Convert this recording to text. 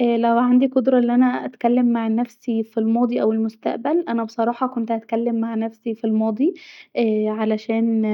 لو عندي قدره أن انا اتكلم مع نفسي في الماضي أو المستقبل انا بصراحه كنت هتكلم مع نفسي في الماضي ااا علشان